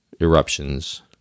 eruptions